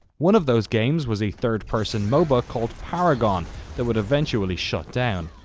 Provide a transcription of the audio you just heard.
one of those games was a third person moba called paragon that would eventually shut down.